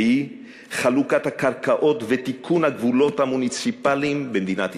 והיא חלוקת הקרקעות ותיקון הגבולות המוניציפליים במדינת ישראל.